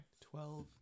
twelve